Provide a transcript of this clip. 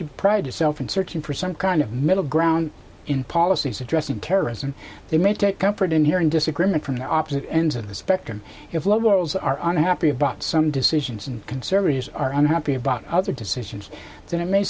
to pride itself in searching for some kind of middle ground in policies addressing terrorism they may take comfort in hearing disagreement from the opposite ends of the spectrum if lowell's are unhappy about some decisions and conservatives are unhappy about other decisions that it may